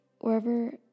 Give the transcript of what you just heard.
wherever